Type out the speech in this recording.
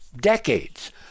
Decades